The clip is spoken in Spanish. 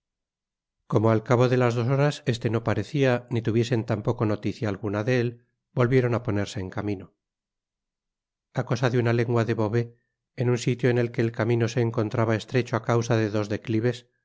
como al cabo de las dos horas este no parecia ni tuviesen tampoco noticia alguna de él volvieron k ponerse en camino i i a cosa de una legua de beauvais en un sitio en que el camino se encontraba estrecho á causa dedos declives halláronse á